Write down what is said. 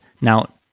Now